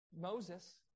Moses